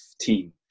team